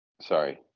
sorry